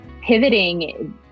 pivoting